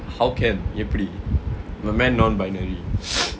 how can எப்பிடி:eppidi the man non-binary